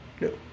no